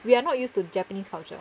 we are not used to japanese culture